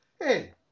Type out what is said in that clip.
Hey